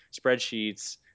spreadsheets